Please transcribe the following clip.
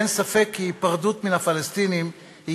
אין ספק כי היפרדות מן הפלסטינים היא